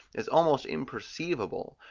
is almost imperceivable,